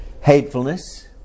hatefulness